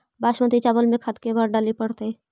बासमती चावल में खाद के बार डाले पड़तै?